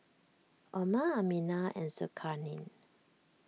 Omar Aminah and Zulkarnain